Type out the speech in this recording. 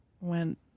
went